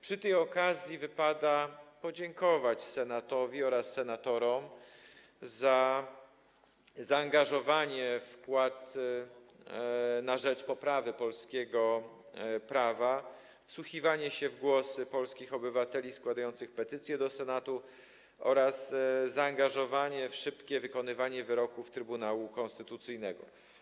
Przy tej okazji wypada podziękować Senatowi oraz senatorom za zaangażowanie, wkład w poprawę polskiego prawa, wsłuchiwanie się w głosy polskich obywateli składających petycje do Senatu oraz zaangażowanie w szybkie wykonywanie wyroków Trybunału Konstytucyjnego.